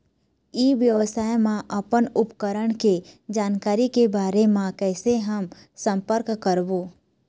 ई व्यवसाय मा अपन उपकरण के जानकारी के बारे मा कैसे हम संपर्क करवो?